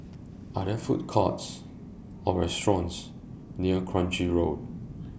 Are There Food Courts Or restaurants near Kranji Road